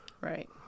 Right